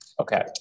Okay